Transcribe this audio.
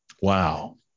Wow